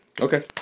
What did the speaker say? Okay